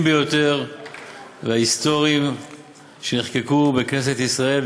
ביותר וההיסטוריים שנחקקו בכנסת ישראל,